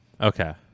Okay